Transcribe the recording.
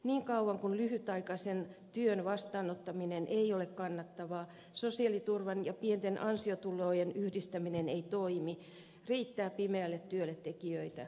niin kauan kuin lyhytaikaisen työn vastaanottaminen ei ole kannattavaa sosiaaliturvan ja pienten ansiotulojen yhdistäminen ei toimi riittää pimeälle työlle tekijöitä